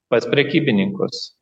pas prekybininkus